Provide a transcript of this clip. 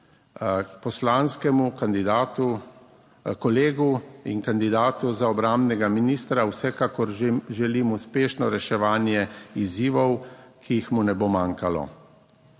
kandidatu, kolegu in kandidatu za obrambnega ministra vsekakor želim uspešno reševanje izzivov, ki jih mu ne bo manjkalo.